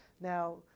Now